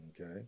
Okay